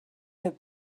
had